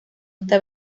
esta